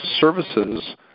services